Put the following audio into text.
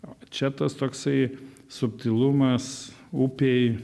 o čia tas toksai subtilumas upėj